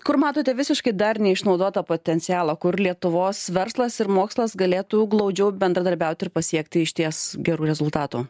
kur matote visiškai dar neišnaudotą potencialą kur lietuvos verslas ir mokslas galėtų glaudžiau bendradarbiaut ir pasiekti išties gerų rezultatų